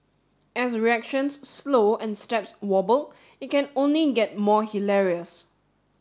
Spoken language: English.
as reactions slow and steps wobble it can only get more hilarious